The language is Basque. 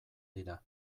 dira